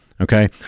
Okay